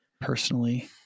personally